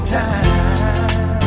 time